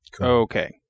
Okay